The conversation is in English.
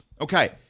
Okay